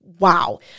Wow